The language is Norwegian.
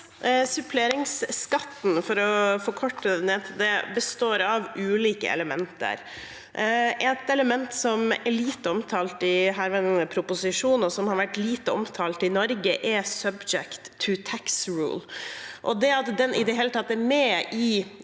ned til det, består av ulike elementer. Ett element som er lite omtalt i herværende proposisjon, og som har vært lite omtalt i Norge, er Subject to Tax Rule.